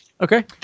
Okay